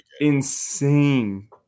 Insane